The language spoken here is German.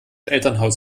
elternhaus